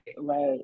right